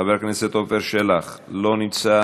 חבר הכנסת אמיר אוחנה, לא נמצא,